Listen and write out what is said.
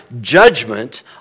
judgment